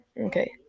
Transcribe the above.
Okay